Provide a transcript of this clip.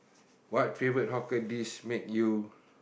what favourite hawker dish make you